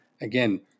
Again